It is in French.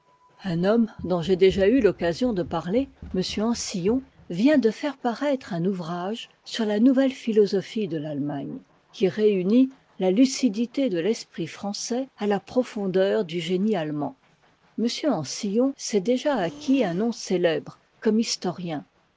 un homme dont j'ai déjà eu l'occasion de parier m ancillon vient de faire paraître un ouvrage sur la nouvelle philosophie de l'allemagne qui réunit la lucidité de l'esprit français à la profondeur du génie allemand m ancillon s'est déjà acquis un nom célèbre comme historien il